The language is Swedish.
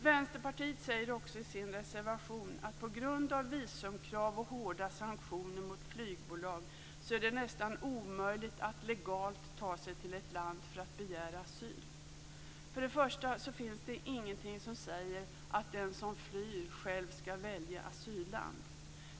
Vänsterpartiet säger också i sin reservation att på grund av visumkrav och hårda sanktioner mot flygbolag är det nästan omöjligt att legalt ta sig till ett land för att begära asyl. Det finns ingenting som säger att den som flyr själv skall välja asylland.